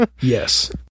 Yes